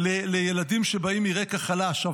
לילדים שבאים מרקע חלש,